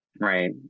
Right